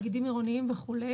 תאגידים עירוניים וכו'.